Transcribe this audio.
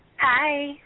Hi